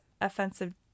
offensive